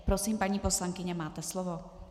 Prosím, paní poslankyně, máte slovo.